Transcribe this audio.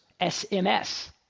SMS